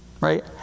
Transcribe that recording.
Right